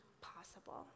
possible